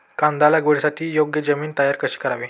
कांदा लागवडीसाठी योग्य जमीन तयार कशी करावी?